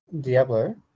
diablo